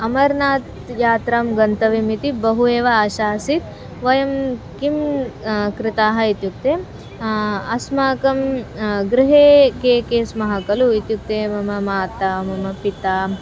अमर्नाथ् यात्रां गन्तव्यम् इति बहु एव आशा आसीत् वयं किं कृताः इत्युक्ते अस्माकं गृहे के के स्मः खलु इत्युक्ते मम माता मम पिता